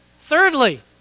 Thirdly